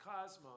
cosmos